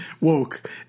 woke